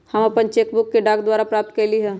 हम अपन cheque book डाक द्वारा प्राप्त कईली ह